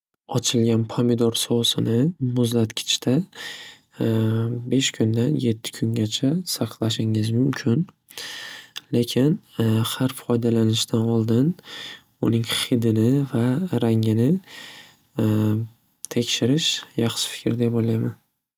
Ochilgan pomidor sousini muzlatkichda besh kundan yetti kungacha saqlashingiz mumkin. Lekin har foydalanishdan oldin uning xidini va rangini tekshirish yaxshi fikr deb o'ylayman.